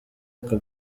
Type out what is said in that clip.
aka